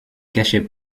cachait